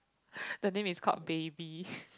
the things we called baby